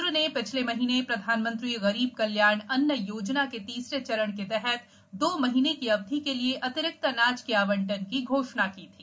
केन्द्र ने पिछले महीने प्रधानमंत्री गरीब कल्याण अन्न योजना के तीसरे चरण के तहत दो महीने की अवधि के लिए अतिरिक्त अनाज के आवंटन की घोषणा की थी